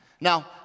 Now